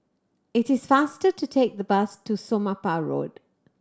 it is faster to take the bus to Somapah Road